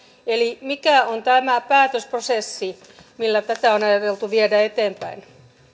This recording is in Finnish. eli mikä on tämä päätösprosessi millä tätä on ajateltu viedä eteenpäin